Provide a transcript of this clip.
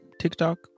TikTok